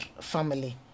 family